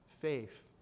faith